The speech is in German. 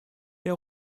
der